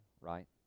right